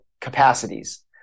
capacities